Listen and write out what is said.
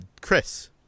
Chris